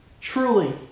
Truly